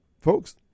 Folks